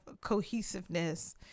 cohesiveness